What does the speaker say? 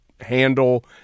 handle